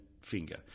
finger